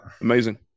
Amazing